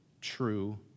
true